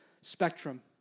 spectrum